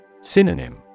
Synonym